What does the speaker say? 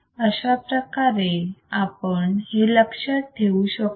अशाप्रकारे आपण हे लक्षात ठेवू शकतो